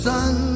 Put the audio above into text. sun